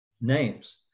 names